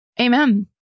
Amen